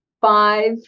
five